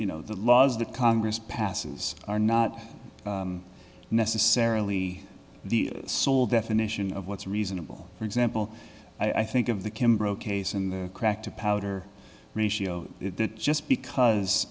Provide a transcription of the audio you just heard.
you know the laws that congress passes are not necessarily the sole definition of what's reasonable for example i think of the kim broke ace in the crack to powder ratio that just because